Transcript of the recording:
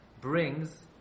brings